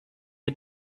wir